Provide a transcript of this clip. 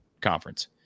conference